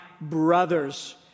brothers